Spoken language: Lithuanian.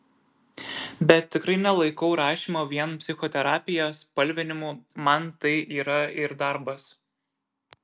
bet tikrai nelaikau rašymo vien psichoterapija spalvinimu man tai yra ir darbas